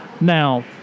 now